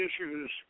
issues